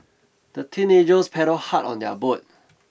the teenagers paddled hard on their boat